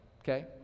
okay